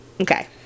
okay